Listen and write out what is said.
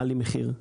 מעלים מחיר.